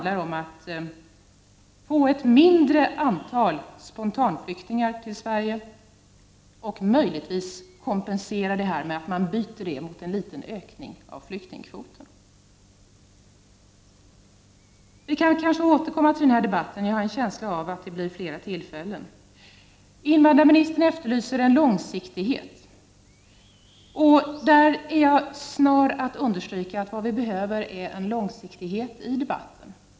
Dessa förslag går ut på 20 november 1989 att vi skall få ett mindre antal spontanflyktingar till Sverige, vilket möjligtvis 7 skall kompenseras med en liten ökning av flyktingkvoten. Vi kanske kan återkomma till denna debatt — jag har en känsla av att det kommer att ges fler tillfällen. Invandrarministern efterlyser en långsiktighet. Jag är snar att understryka att vad vi behöver är en långsiktighet i debatten.